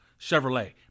Chevrolet